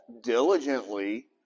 diligently